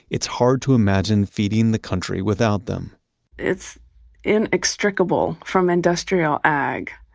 it's hard to imagine feeding the country without them it's inextricable from industrial ag,